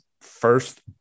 first